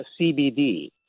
CBD